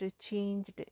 changed